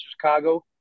Chicago